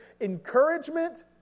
encouragement